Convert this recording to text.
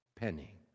penny